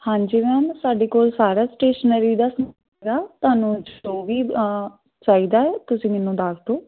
ਹਾਂਜੀ ਮੈਮ ਸਾਡੇ ਕੋਲ ਸਾਰਾ ਸਟੇਸ਼ਨਰੀ ਦਾ ਆ ਤੁਹਾਨੂੰ ਜੋ ਵੀ ਚਾਹੀਦਾ ਹੈ ਤੁਸੀਂ ਮੈਨੂੰ ਦੱਸ ਦਿਓ